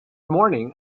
morning